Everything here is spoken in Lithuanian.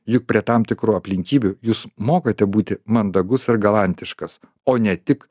juk prie tam tikrų aplinkybių jūs mokate būti mandagus ir galantiškas o ne tik